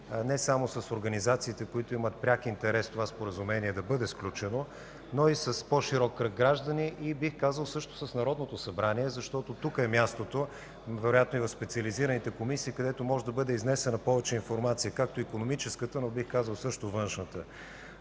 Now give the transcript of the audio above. не само с организациите, които имат пряк интерес това споразумение да бъде сключено, но и с по-широк кръг граждани, бих казал, и с Народното събрание, защото тук е мястото, вероятно и в специализираните комисии, където може да бъде изнесена повече информация – както икономическата, така и външната.